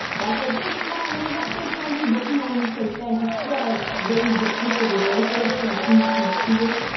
that's our big smile. then you got to say thank you but you know when you say thank you you gotta like raise the pitch of your voice a little bit so you seem sincere.